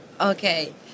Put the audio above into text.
Okay